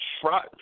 try